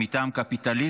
אם מטעם קפיטליזם,